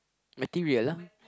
material lah